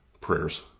prayers